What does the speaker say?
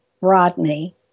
Rodney